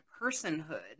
personhood